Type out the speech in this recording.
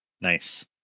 Nice